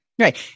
Right